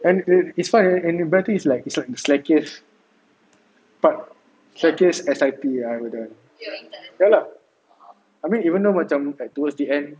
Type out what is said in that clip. and it is fun and it's better it's like it's like slackiest but slackiest F_Y_P I have ever done no lah I mean even though macam like towards the end